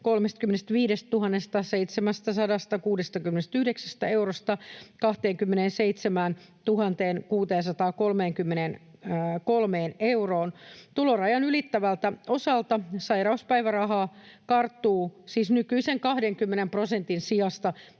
35 769 eurosta 27 633 euroon. Tulorajan ylittävältä osalta sairauspäivärahaa karttuu siis nykyisen 20 prosentin sijasta